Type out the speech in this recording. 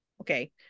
okay